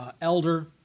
elder